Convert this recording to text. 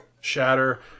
shatter